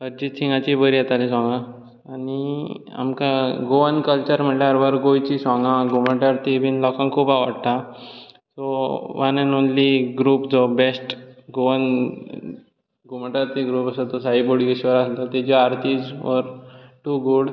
अरजीत सिंगाची बरी येताली साँगा आनी आमकां गोवन कल्चर म्हळ्यार अवर गोंयची साँगा घुमट आरती बीन लोकांक खूब आवडटा so one and only group जो बॅस्ट गोवन घुमट आरती ग्रूप आसा तो साई बोडगेश्वर आसा तेची आरतीज वर टू गूड